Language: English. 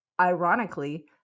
Ironically